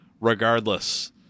regardless